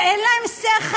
שאין להן שכל.